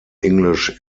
english